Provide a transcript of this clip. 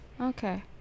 Okay